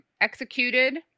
executed